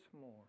more